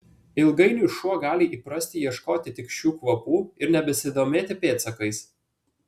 ilgainiui šuo gali įprasti ieškoti tik šių kvapų ir nebesidomėti pėdsakais